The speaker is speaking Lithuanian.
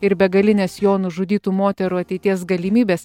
ir begalinės jo nužudytų moterų ateities galimybės